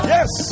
Yes